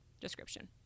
description